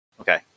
Okay